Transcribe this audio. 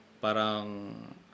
parang